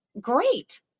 great